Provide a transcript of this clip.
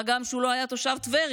מה גם שהוא לא היה תושב טבריה.